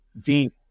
Dean